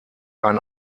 ein